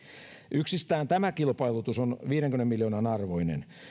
yksistään tämä kilpailutus on viidenkymmenen miljoonan arvoinen